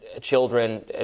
children